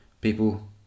people